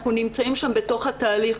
אנחנו נמצאים שם בתוך התהליך,